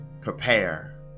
prepare